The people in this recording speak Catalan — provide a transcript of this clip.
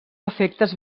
efectes